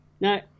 Now